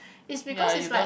is because is like